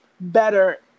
better